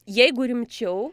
jeigu rimčiau